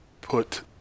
put